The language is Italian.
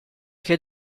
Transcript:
che